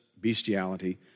bestiality